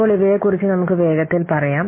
ഇപ്പോൾ ഇവയെക്കുറിച്ച് നമുക്ക് വേഗത്തിൽ പറയാം